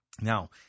Now